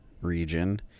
region